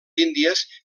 índies